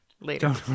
Later